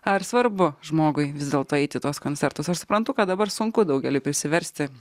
ar svarbu žmogui vis dėlto eiti į tuos koncertus aš suprantu kad dabar sunku daugeliui prisiversti